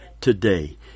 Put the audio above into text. Today